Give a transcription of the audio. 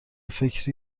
فکر